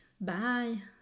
Bye